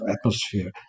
atmosphere